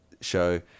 Show